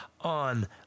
on